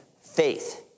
faith